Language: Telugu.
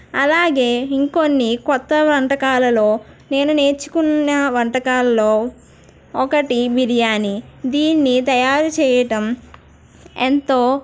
అలాగే ఇంకా కొన్ని కొత్త వంటకాలలో నేను నేర్చుకున్న వంటకాలలో ఒకటి బిర్యానీ దీన్ని తయారు చేయడం ఎంతో